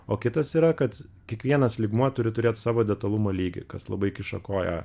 o kitas yra kad kiekvienas lygmuo turi turėt savo detalumo lygį kas labai kiša koją